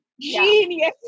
Genius